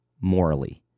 morally